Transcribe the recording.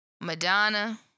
Madonna